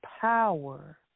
power